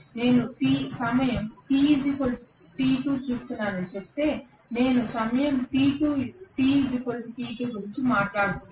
నేను సమయం t t2 చూస్తున్నానని చెబితే నేను సమయం t t2 గురించి మాట్లాడుతున్నాను